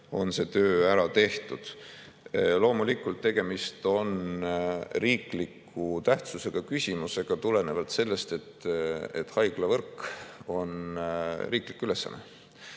on see töö ära tehtud. Loomulikult, tegemist on riiklikult tähtsa küsimusega tulenevalt sellest, et haiglavõrk on riiklik ülesanne.